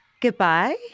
Goodbye